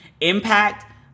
impact